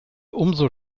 umso